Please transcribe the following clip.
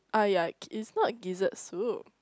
ah ya gi~ it's not gizzard soup